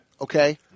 Okay